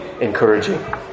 encouraging